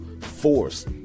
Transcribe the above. force